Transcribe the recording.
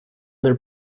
their